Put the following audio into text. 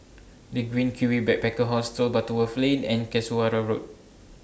The Green Kiwi Backpacker Hostel Butterworth Lane and Road